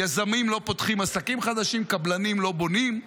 יזמים לא פותחים עסקים חדשים, קבלנים לא בונים,